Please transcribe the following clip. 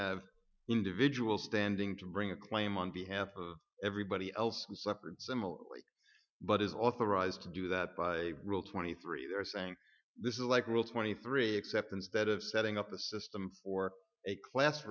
have individual standing to bring a claim on behalf of everybody else who suffered similarly but is authorized to do that by rule twenty three they're saying this is like rule twenty three except instead of setting up the system for a class